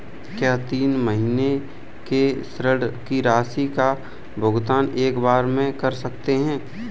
क्या तीन महीने के ऋण की राशि का भुगतान एक बार में कर सकते हैं?